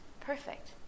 perfect